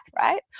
right